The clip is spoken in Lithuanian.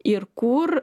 ir kur